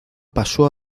pasó